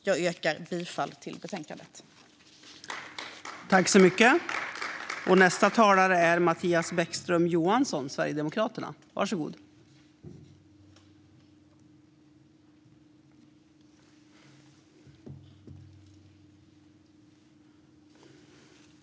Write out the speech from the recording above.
Jag yrkar bifall till utskottets förslag i betänkandet.